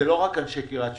זה לא רק אנשי קריית שמונה.